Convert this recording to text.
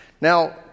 Now